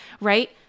Right